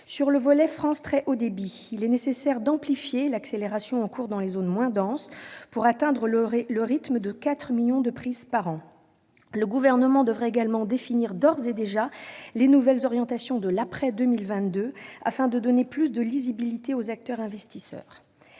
du plan France Très haut débit, il est nécessaire d'amplifier l'accélération en cours dans les zones moins denses pour atteindre le rythme de 4 millions de prises par an. Le Gouvernement devra également définir d'ores et déjà les nouvelles orientations de l'après-2022, afin d'offrir une meilleure lisibilité aux acteurs et investisseurs.